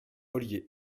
ollier